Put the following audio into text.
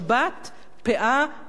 "פאה" ו"יובל".